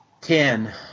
Ten